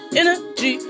energy